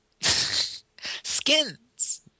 Skins